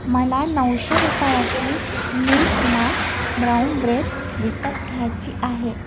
मला नऊशे रुपयाची मिल्क मा ब्राऊन ब्रेड विकत घ्यायची आहे